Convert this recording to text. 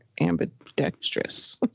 ambidextrous